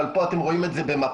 אבל פה אתם רואים את זה במפה.